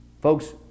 Folks